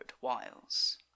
wiles